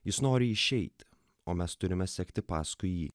jis nori išeiti o mes turime sekti paskui jį